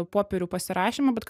popierių pasirašymą bet